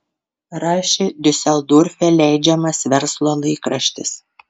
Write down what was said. rašė diuseldorfe leidžiamas verslo laikraštis